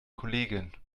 kollegin